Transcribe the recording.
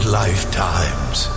lifetimes